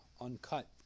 uncut